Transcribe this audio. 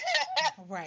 Right